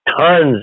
Tons